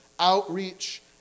outreach